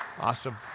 Awesome